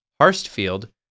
Harstfield